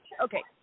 okay